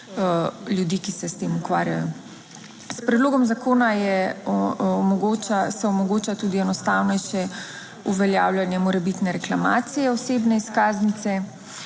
ljudi, ki se s tem ukvarjajo. S predlogom zakona se omogoča tudi enostavnejše uveljavljanje morebitne reklamacije osebne izkaznice.